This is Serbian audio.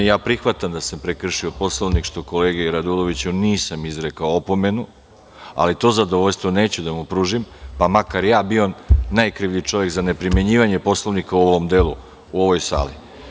Ja prihvatam da sam prekršio Poslovnik što kolegi Raduloviću nisam izrekao opomenu, ali to zadovoljstvo neću da mu pružim, pa makar ja bio najkrivlji čovek za neprimenjivanje Poslovnika u ovom delu, u ovoj sali.